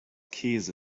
käse